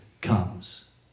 comes